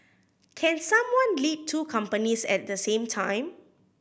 can someone lead two companies at the same time